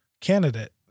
Candidate